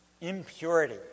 impurity